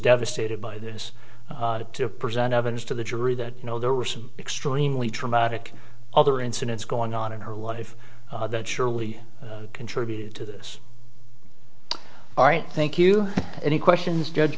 devastated by this to present evidence to the jury that you know there were some extremely traumatic other incidents going on in her life that surely contributed to this all right thank you any questions judge